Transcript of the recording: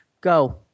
Go